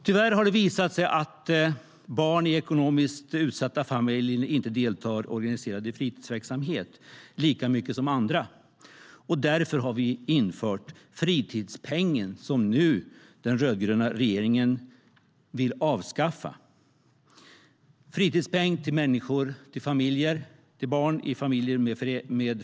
Tyvärr har det visat sig att barn i ekonomiskt utsatta familjer inte deltar i organiserad fritidsaktivitet lika mycket som andra. Därför har vi infört fritidspengen för barn i familjer med försörjningsstöd. Den vill den rödgröna regeringen nu avskaffa.